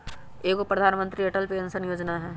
एगो प्रधानमंत्री अटल पेंसन योजना है?